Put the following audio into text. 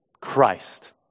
Christ